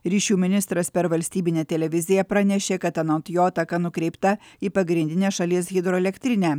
ryšių ministras per valstybinę televiziją pranešė kad anot jo ataka nukreipta į pagrindinę šalies hidroelektrinę